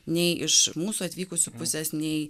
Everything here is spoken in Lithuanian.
nei iš mūsų atvykusių pusės nei